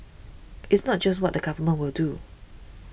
it's not just what the government will do